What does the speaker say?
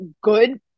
good